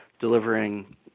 delivering